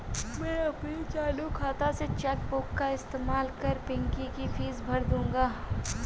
मैं अपने चालू खाता से चेक बुक का इस्तेमाल कर पिंकी की फीस भर दूंगा